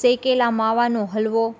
શેકેલા માવાનો હલવો